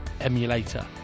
emulator